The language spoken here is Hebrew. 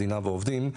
מדינה ועובדים,